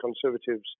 Conservatives